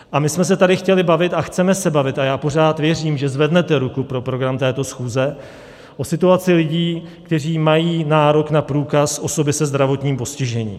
A my jsme se tady chtěli bavit a chceme se bavit, a já pořád věřím, že zvednete ruku pro program této schůze, o situaci lidí, kteří mají nárok na průkaz osoby se zdravotním postižením.